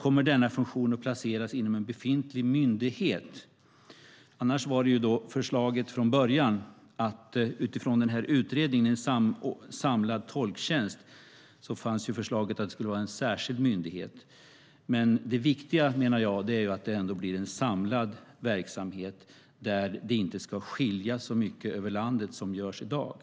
kommer denna funktion att föreslås placeras inom en befintlig myndighet. Annars var förslaget från början, utifrån utredningen om en samlad tolktjänst, att det skulle vara en särskild myndighet. Men det viktiga, menar jag, är att det blir en samlad verksamhet där det inte ska skilja sig så mycket över landet som det gör i dag.